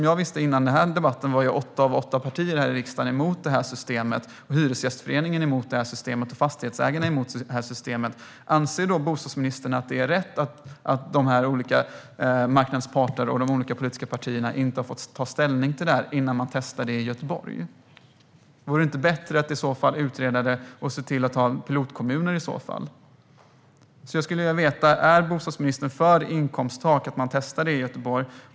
Jag vet att åtta av åtta partier här i riksdagen är emot det här systemet, och även Hyresgästföreningen och Fastighetsägarna är emot det. Anser bostadsministern då att det är rätt att marknadens parter och de olika politiska partierna inte har fått ta ställning till detta innan man testar det i Göteborg? Vore det inte bättre att utreda det och ha pilotkommuner? Är bostadsministern för att man testar inkomsttak i Göteborg?